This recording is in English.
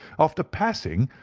after passing,